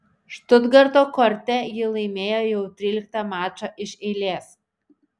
štutgarto korte ji laimėjo jau tryliktą mačą iš eilės